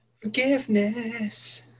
Forgiveness